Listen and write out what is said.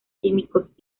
químicos